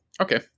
okay